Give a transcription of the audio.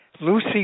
Lucy